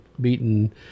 beaten